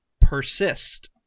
Persist